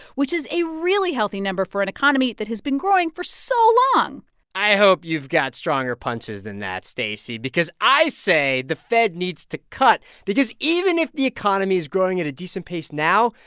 which is a really healthy number for an economy that has been growing for so long i hope you've got stronger punches than that, stacey, because i say the fed needs to cut because even if the economy's growing at a decent pace now,